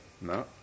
No